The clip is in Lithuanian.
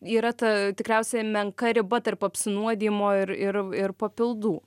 yra ta tikriausiai menka riba tarp apsinuodijimo ir ir ir papildų